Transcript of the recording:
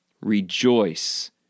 rejoice